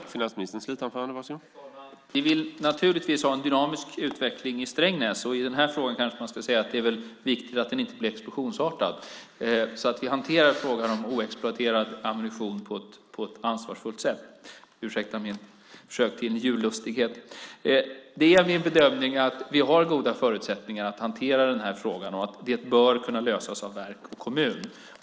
Herr talman! Vi vill naturligtvis ha en dynamisk utveckling i Strängnäs. I den här frågan kanske man ska säga att det väl är viktigt att den inte blir explosionsartad utan att vi hanterar frågan om oexploderad ammunition på ett ansvarsfullt sätt. Ursäkta mitt försök till jullustighet! Det är min bedömning att vi har goda förutsättningar att hantera den här frågan, och att den bör kunna lösas av verk och kommun.